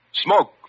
Smoke